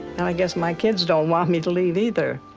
and i guess my kids don't want me to leave either.